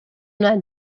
not